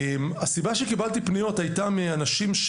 הסיבה שקיבלתי פניות הייתה מאנשים,